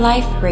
Life